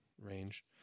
range